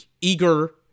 Eager